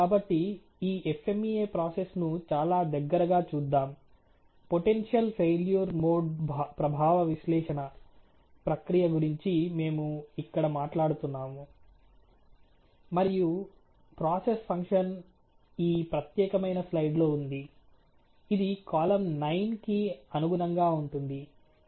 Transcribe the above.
కాబట్టి ఈ FMEA process ను చాలా దగ్గరగా చూద్దాం పొటెన్షియల్ ఫెయిల్యూర్ మోడ్ ప్రభావ విశ్లేషణ ప్రక్రియ గురించి మేము ఇక్కడ మాట్లాడుతున్నాము మరియు ప్రాసెస్ ఫంక్షన్ ఈ ప్రత్యేకమైన స్లైడ్లో ఉంది ఇది కాలమ్ 9 కి అనుగుణంగా ఉంటుంది